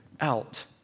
out